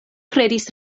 kredis